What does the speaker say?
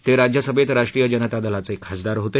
ते राज्यसभेत राष्ट्रीय जनता दलाचे खासदार होते